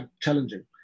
challenging